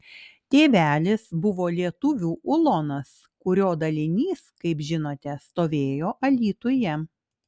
tėvelis buvo lietuvių ulonas kurio dalinys kaip žinote stovėjo alytuje